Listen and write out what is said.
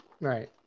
Right